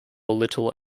little